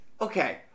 Okay